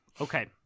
Okay